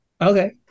Okay